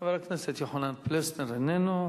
חבר הכנסת יוחנן פלסנר איננו.